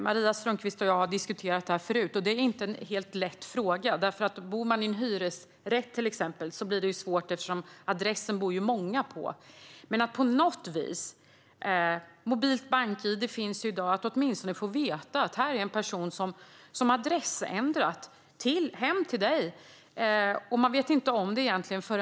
Maria Strömkvist och jag har diskuterat detta förut, och det är inte en helt lätt fråga. Bor man till exempel i en hyresrätt blir det nämligen svårt eftersom många bor på samma adress. Men på något vis måste man få veta - mobilt bank-id finns ju i dag - att en person har adressändrat hem till en själv.